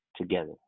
together